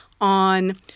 on